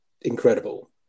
incredible